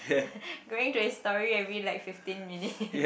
going to his story every like fifteen minutes